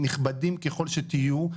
נכבדים ככל שתהיו,